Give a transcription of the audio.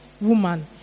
woman